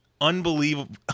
unbelievable